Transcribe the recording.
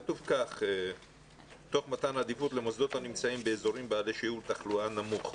כתוב "תוך מתן עדיפות למוסדות הנמצאים באזורים בעלי שיעור תחלואה נמוך".